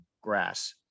grass